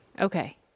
Okay